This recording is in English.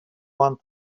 want